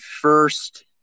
first